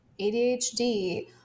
ADHD